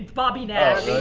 bobby nash.